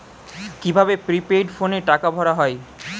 কি ভাবে প্রিপেইড ফোনে টাকা ভরা হয়?